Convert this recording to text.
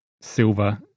silver